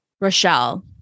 Rochelle